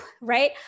Right